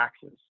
taxes